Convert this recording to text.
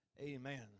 Amen